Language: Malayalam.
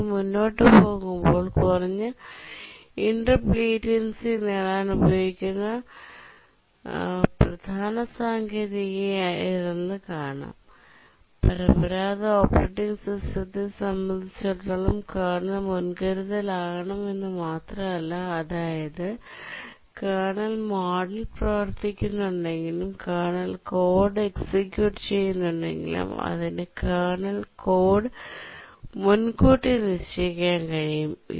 ഞങ്ങൾ മുന്നോട്ട് പോകുമ്പോൾ കുറഞ്ഞ ഇന്ററപ്റ്റ് ലേറ്റൻസി നേടാൻ ഉപയോഗിക്കുന്ന പ്രധാന സാങ്കേതികതയാണിതെന്ന് കാണാം പരമ്പരാഗത ഓപ്പറേറ്റിംഗ് സിസ്റ്റത്തെ സംബന്ധിച്ചിടത്തോളം കേർണൽ മുൻകരുതൽ ആകണം എന്ന് മാത്രമല്ല അതായത് കേർണൽ മോഡിൽ പ്രവർത്തിക്കുന്നുണ്ടെങ്കിലും കേർണൽ കോഡ് എക്സിക്യൂട്ട് ചെയ്യുന്നുണ്ടെങ്കിലും അതിന് കേർണൽ കോഡ് മുൻകൂട്ടി നിശ്ചയിക്കാൻ കഴിയും